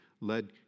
led